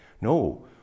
No